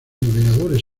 navegadores